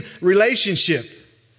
relationship